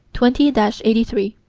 twenty eighty three.